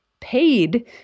paid